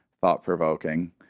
thought-provoking